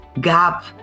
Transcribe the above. gap